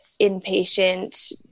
inpatient